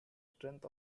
strength